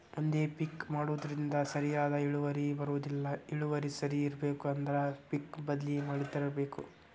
ಒಂದೇ ಪಿಕ್ ಮಾಡುದ್ರಿಂದ ಸರಿಯಾದ ಇಳುವರಿ ಬರುದಿಲ್ಲಾ ಇಳುವರಿ ಸರಿ ಇರ್ಬೇಕು ಅಂದ್ರ ಪಿಕ್ ಬದ್ಲಿ ಮಾಡತ್ತಿರ್ಬೇಕ